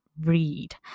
read